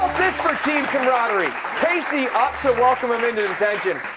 this for team comradery? casey up to welcome him into.